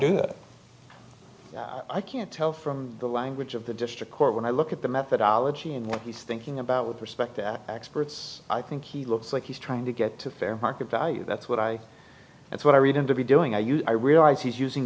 do i can't tell from the language of the district court when i look at the methodology and what he's thinking about with respect to experts i think he looks like he's trying to get to fair market value that's what i that's what i read him to be doing i use i realize he's using